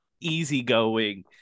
easygoing